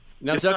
Now